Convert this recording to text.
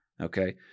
Okay